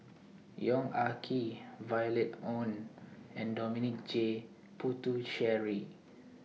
Yong Ah Kee Violet Oon and Dominic J Puthucheary